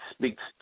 speaks